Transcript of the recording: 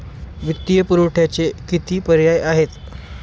वित्तीय पुरवठ्याचे किती पर्याय आहेत का?